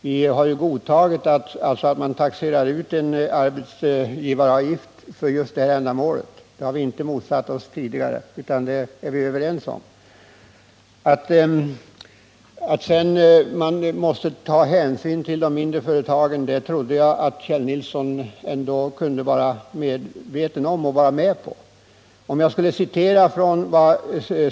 Vi har godtagit att man uttaxerar en arbetsgivaravgift för just detta ändamål. Det har vi inte motsatt oss tidigare, utan detta råder det enighet om. Att man sedan måste ta hänsyn till de mindre företagen trodde jag ändå att Kjell Nilsson var medveten om och kunde vara med på.